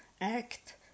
act